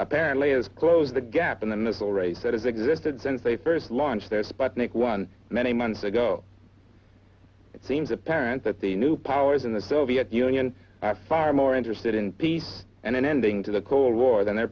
apparently is close the gap in the missile race that has existed since they first launched their sputnik one many months ago it seems apparent that the new powers in the soviet union have far more interested in peace and an ending to the cold war than their